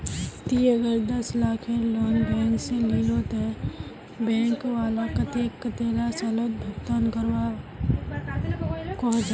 ती अगर दस लाखेर लोन बैंक से लिलो ते बैंक वाला कतेक कतेला सालोत भुगतान करवा को जाहा?